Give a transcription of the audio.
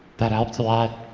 that helped a lot.